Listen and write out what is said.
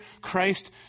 Christ